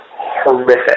horrific